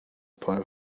poem